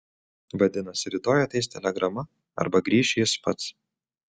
vadinasi rytoj ateis telegrama arba grįš jis pats